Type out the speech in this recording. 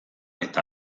eta